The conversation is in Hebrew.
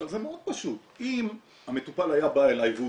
זה מאוד פשוט אם המטופל היה בא אליי והוא